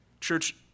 Church